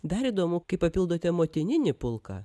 dar įdomu kaip papildote motininį pulką